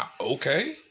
okay